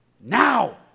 Now